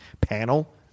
panel